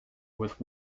with